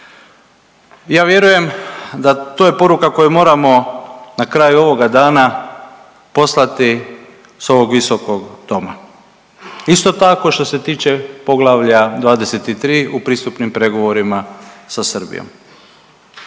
ja vjerujem da to je poruka koju moramo na kraju ovoga dana poslati s ovog visokog doma. Isto tako što se tiče Poglavlja 23 u pristupnim pregovorima sa Srbijom.